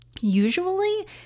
Usually